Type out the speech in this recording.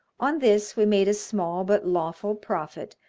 on this we made a small but lawful profit,